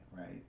Right